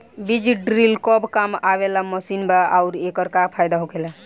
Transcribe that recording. बीज ड्रील कब काम आवे वाला मशीन बा आऊर एकर का फायदा होखेला?